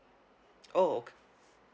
oh okay